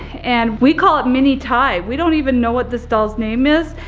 and we call it mini ty. we don't even know what this doll's name is,